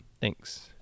Thanks